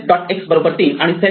X 3 आणि self